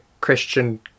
Christian